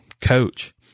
Coach